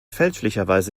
fälschlicherweise